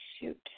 Shoot